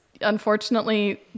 unfortunately